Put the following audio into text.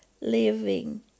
living